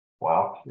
Wow